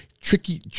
tricky